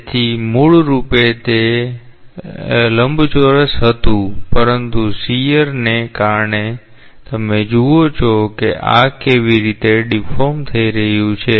તેથી મૂળરૂપે તે લંબચોરસ હતું પરંતુ શીયરને કારણે તમે જુઓ છો કે તે કેવી રીતે ડીફોર્મ થઈ રહ્યું છે